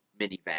minivan